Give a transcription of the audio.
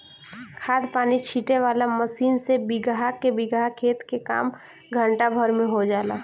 खाद पानी छीटे वाला मशीन से बीगहा के बीगहा खेत के काम घंटा भर में हो जाला